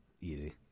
easy